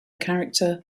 character